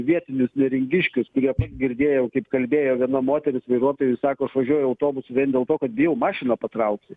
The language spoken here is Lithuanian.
vietinius neringiškius kurie girdėjau kaip kalbėjo viena moteris vairuotojui sako važiuoja autobusu vien dėl to kad bijau mašiną patraukti